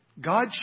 God